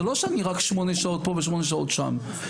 לא שאני רק שמונה שעות פה ושמונה שעות שם,